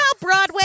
Broadway